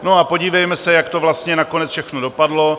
No a podívejme se, jak to vlastně nakonec všechno dopadlo.